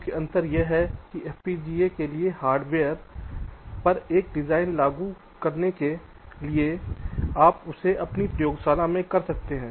मुख्य अंतर यह है कि FPGA के लिए हार्डवेयर पर एक डिज़ाइन लागू करने के लिए आप इसे अपनी प्रयोगशाला में कर सकते हैं